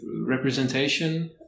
representation